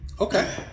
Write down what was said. Okay